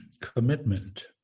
commitment